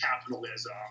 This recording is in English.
capitalism